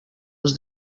els